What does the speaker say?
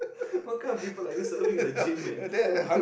what kind of people are you serving at the gym man